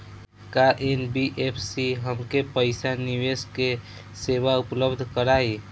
का एन.बी.एफ.सी हमके पईसा निवेश के सेवा उपलब्ध कराई?